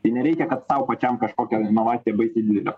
tai nereikia kad sau pačiam kažkokią inovaciją baisiai didelę